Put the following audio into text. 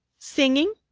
singing?